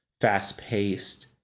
fast-paced